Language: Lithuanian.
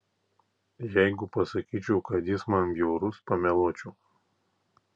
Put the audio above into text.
jeigu pasakyčiau kad jis man bjaurus pameluočiau